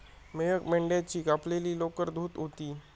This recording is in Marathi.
मेहक मेंढ्याची कापलेली लोकर धुत होती